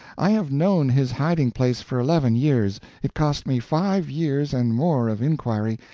i have known his hiding-place for eleven years it cost me five years and more of inquiry,